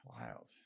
Wild